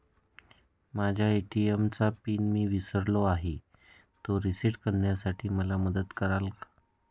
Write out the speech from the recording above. माझ्या ए.टी.एम चा पिन मी विसरलो आहे, तो रिसेट करण्यासाठी मला मदत कराल?